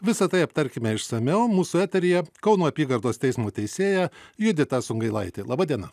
visa tai aptarkime išsamiau mūsų eteryje kauno apygardos teismo teisėja judita sungailaitė laba diena